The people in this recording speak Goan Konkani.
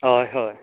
हय हय